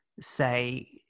say